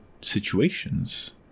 situations